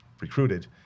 recruited